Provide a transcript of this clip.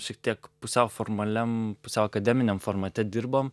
šiek tiek pusiau formaliam pusiau akademiniam formate dirbom